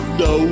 no